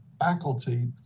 faculty